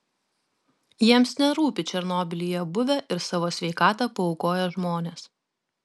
jiems nerūpi černobylyje buvę ir savo sveikatą paaukoję žmonės